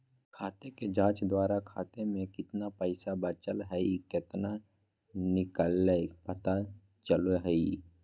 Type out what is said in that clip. खाते के जांच द्वारा खाता में केतना पैसा बचल हइ केतना निकलय पता चलो हइ